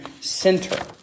center